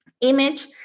image